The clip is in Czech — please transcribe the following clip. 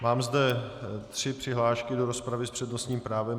Mám zde tři přihlášky do rozpravy s přednostním právem.